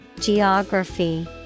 Geography